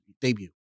debut